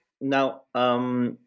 Now